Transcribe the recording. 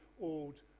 old